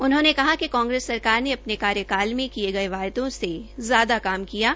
उन्होंने कहा कि कांग्रेस सरकार ने अपने कार्यकाल में किये गये वादों से ज्यादा काम किया है